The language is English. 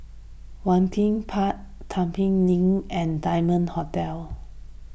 Waringin Park Link and Diamond Hotel